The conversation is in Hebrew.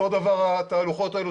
אותו דבר התהלוכות האלה,